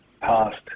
past